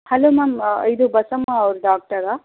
hello ma'am ಇದು ಬಸಮ್ಮ ಅವರು ಡಾಕ್ಟರಾ